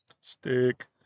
Stick